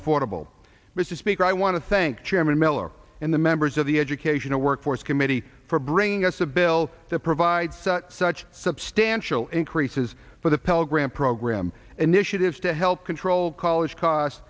affordable mr speaker i want to thank chairman miller and the members of the education and workforce committee for bringing us a bill that provides such substantial increases for the pell grant program initiatives to help control college cost